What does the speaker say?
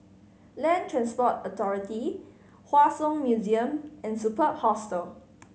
Land Transport Authority Hua Song Museum and Superb Hostel